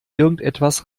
irgendetwas